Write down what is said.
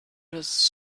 does